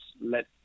let